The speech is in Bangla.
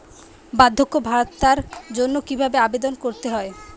বার্ধক্য ভাতার জন্য কিভাবে আবেদন করতে হয়?